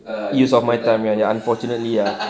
use of my time ya ya unfortunately ya